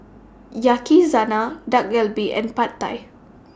Dak Galbi and Pad Thai